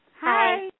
Hi